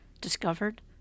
discovered